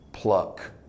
pluck